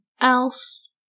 else